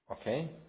Okay